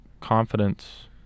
confidence